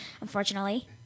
unfortunately